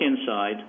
inside